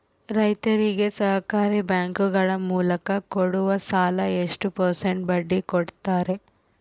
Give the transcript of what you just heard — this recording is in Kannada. ರೈತರಿಗೆ ಸಹಕಾರಿ ಬ್ಯಾಂಕುಗಳ ಮೂಲಕ ಕೊಡುವ ಸಾಲ ಎಷ್ಟು ಪರ್ಸೆಂಟ್ ಬಡ್ಡಿ ಕೊಡುತ್ತಾರೆ?